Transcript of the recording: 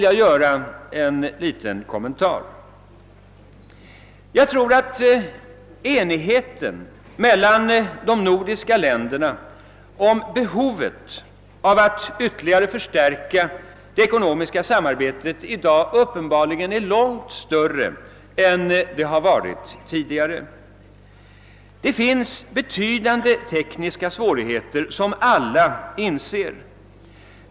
Jag tror att enigheten mellan de nordiska länderna om behovet av att ytterligare förstärka det ekonomiska samarbetet i dag uppenbarligen är långt större än den varit tidigare. Det finns betydande tekniska svårigheter som alla inser.